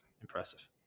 impressive